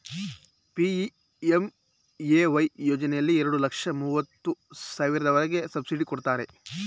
PMAY ಯೋಜನೆಯಲ್ಲಿ ಎರಡು ಲಕ್ಷದ ಮೂವತ್ತು ಸಾವಿರದವರೆಗೆ ಸಬ್ಸಿಡಿ ಕೊಡ್ತಾರೆ